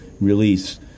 release